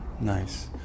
Nice